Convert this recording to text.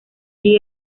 allí